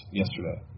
yesterday